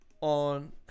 on